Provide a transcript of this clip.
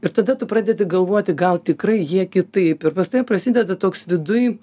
ir tada tu pradedi galvoti gal tikrai jie kitaip ir pas tave prasideda toks viduj